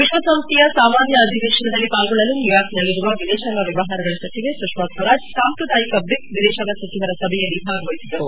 ವಿಶ್ವಸಂಸ್ವೆಯ ಸಾಮಾನ್ಯ ಅಧಿವೇಶನದಲ್ಲಿ ಪಾಲ್ಗೊಳ್ಳಲು ನ್ಯೂಯಾರ್ಕ್ನಲ್ಲಿರುವ ವಿದೇಶಾಂಗ ವ್ಯವಹಾರಗಳ ಸಚಿವೆ ಸುಷ್ಮಾ ಸ್ವರಾಜ್ ಸಾಂಪ್ರದಾಯಿಕ ಬ್ರಿಕ್ಸ್ ವಿದೇಶಾಂಗ ಸಚಿವರ ಸಭೆಯಲ್ಲಿ ಭಾಗವಹಿಸಿದ್ದರು